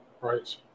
Right